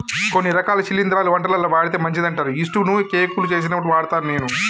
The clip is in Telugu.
కొన్ని రకాల శిలింద్రాలు వంటలల్ల వాడితే మంచిదంటారు యిస్టు ను కేకులు చేసేప్పుడు వాడుత నేను